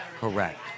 correct